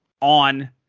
on